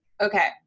Okay